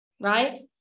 right